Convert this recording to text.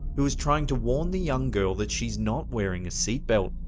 who was trying to warn the young girl that she's not wearing a seatbelt.